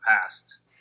past